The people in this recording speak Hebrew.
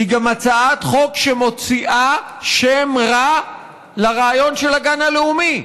היא גם הצעת חוק שמוציאה שם רע לרעיון של הגן הלאומי.